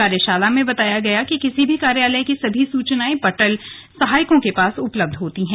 कार्यशाला में बताया गया कि किसी भी कार्यालय की सभी सुचनाएं पटल सहायकों के पास उपलब्ध होती है